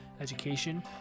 education